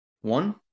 One